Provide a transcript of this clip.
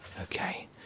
Okay